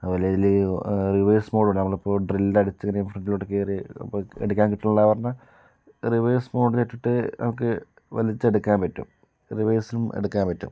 അതുപോലെ ഇതില് റിവേഴ്സ് മോഡുണ്ട് നമ്മളിപ്പോൾ ഡ്രില്ലടിച്ച് ഇങ്ങനെ ഫ്രണ്ടിലോട്ട് കേറി അപ്പോൾ എടുക്കാൻ കിട്ടണില്ലാന്ന് പറഞ്ഞാൽ റിവേഴ്സ് മോഡിലിട്ടിട്ട് നമുക്ക് വലിച്ചെടുക്കാൻ പറ്റും റിവേഴ്സും എടുക്കാൻ പറ്റും